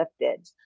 lifted